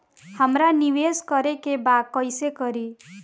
हमरा निवेश करे के बा कईसे करी?